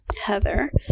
Heather